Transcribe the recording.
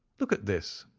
look at this!